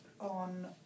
on